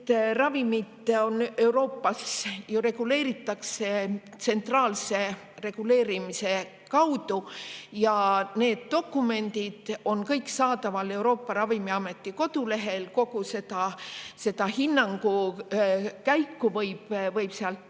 ravimeid Euroopas reguleeritakse tsentraalse reguleerimise kaudu ja need dokumendid on kõik saadaval Euroopa Ravimiameti kodulehel. Kogu seda hinnangu käiku võib sealt